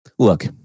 Look